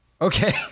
Okay